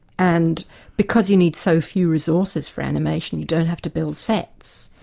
and because you need so few resources for animation, you don't have to build sets,